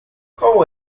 qual